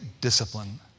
discipline